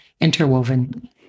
interwoven